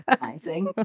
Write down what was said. Amazing